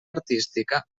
artística